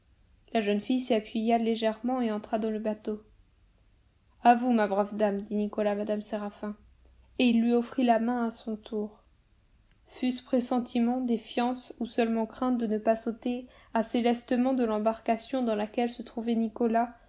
la jeune fille s'y appuya légèrement et entra dans le bateau à vous ma brave dame dit nicolas à mme séraphin et il lui offrit la main à son tour fut-ce pressentiment défiance ou seulement crainte de ne pas sauter assez lestement de l'embarcation dans laquelle se trouvaient nicolas